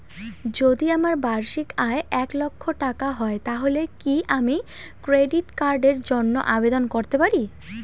যদি আমার বার্ষিক আয় এক লক্ষ টাকা হয় তাহলে কি আমি ক্রেডিট কার্ডের জন্য আবেদন করতে পারি?